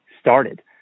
started